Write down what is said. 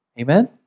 Amen